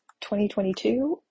2022